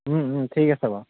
ঠিক আছে বাৰু